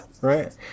Right